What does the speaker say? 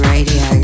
Radio